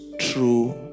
true